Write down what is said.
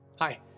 Hi